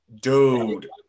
dude